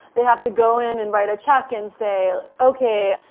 they have to go in and write a check and say, okay.